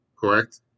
correct